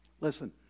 listen